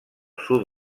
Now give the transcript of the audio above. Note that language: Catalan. sud